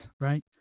right